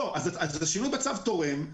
השילוב בצו תורם.